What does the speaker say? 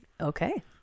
Okay